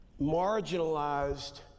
marginalized